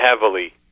heavily